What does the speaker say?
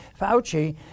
Fauci